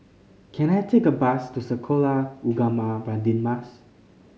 can I take a bus to Sekolah Ugama Radin Mas